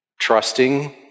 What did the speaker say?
trusting